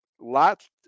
lots